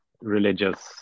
religious